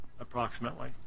approximately